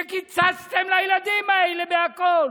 שקיצצתם לילדים האלה הכול?